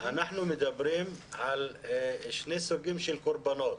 אנחנו מדברים על שני סוגים של קורבנות.